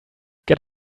get